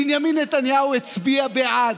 בנימין נתניהו הצביע בעד.